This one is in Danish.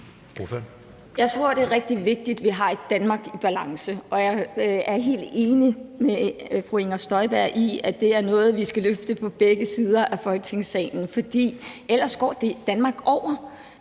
Jeg tror, det er rigtig vigtigt, at vi har et Danmark i balance, og jeg er helt enig med fru Inger Støjberg i, at det er noget, vi skal løfte i begge sider af Folketingssalen, for ellers knækker Danmark over.